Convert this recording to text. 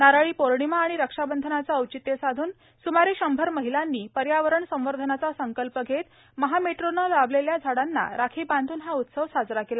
नारळी पौर्णिमा आणि रक्षाबंधनाचे औचित्य साधून शंभरेक महिलांनी पर्यावरण संवर्धनाचा संकल्प घेत महा मेट्रोने लावलेल्या झाडांना राखी बांधून हा उत्सव साजरा केला